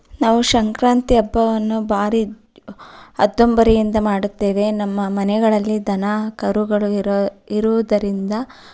ನಾವು ಸಂಕ್ರಾಂತಿ ಹಬ್ಬವನ್ನು ಭಾರಿ ಅತ್ತುಂಬರಿಯಿಂದ ಮಾಡುತ್ತೇವೆ ನಮ್ಮ ಮನೆಗಳಲ್ಲಿ ದನ ಕರುಗಳು ಇರು ಇರೋದರಿಂದ